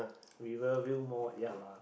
Rivervale Mall ya lah